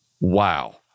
wow